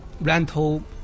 rental